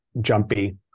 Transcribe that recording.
jumpy